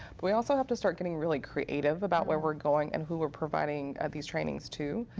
but we also have to start getting really creative about where we're going and who we're providing these trainings to.